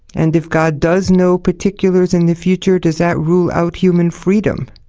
and if god does know particulars in the future, does that rule out human freedom?